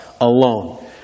alone